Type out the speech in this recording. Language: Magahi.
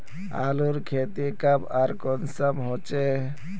आलूर खेती कब आर कुंसम होचे?